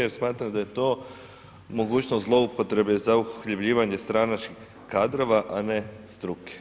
Jer smatram da je to mogućnost zloupotrebe za uhljebljivanje stranačkih kadrova, a ne struke.